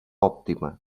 òptima